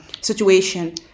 situation